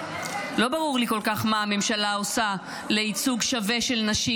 לא ברור לי כל כך מה הממשלה עושה לייצוג שווה של נשים.